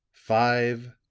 five,